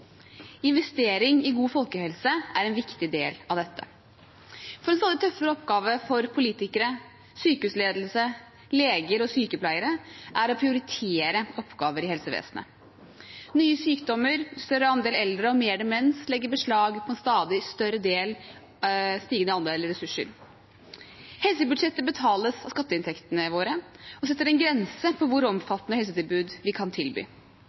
Investering i god folkehelse er en viktig del av dette. En stadig tøffere oppgave for politikere, sykehusledelse, leger og sykepleiere er å prioritere oppgaver i helsevesenet. Nye sykdommer, større andel eldre og mer demens legger beslag på en stadig stigende andel ressurser. Helsebudsjettet betales av skatteinntektene våre og setter en grense for hvor omfattende helsetilbud vi kan tilby.